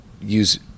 use